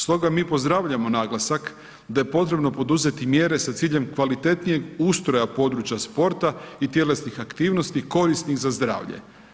Stoga mi pozdravljamo naglasak da je potrebno poduzeti mjere sa ciljem kvalitetnijeg ustroja područja sporta i tjelesnih aktivnosti korisnih za zdravlje.